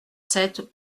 sept